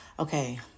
Okay